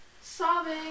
Sobbing